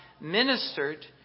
ministered